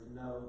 no